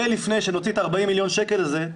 לפני שנוציא את ה-40 מיליון שקל האלה,